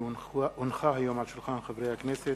כי הונחו היום על שולחן הכנסת,